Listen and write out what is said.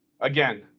Again